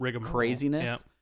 craziness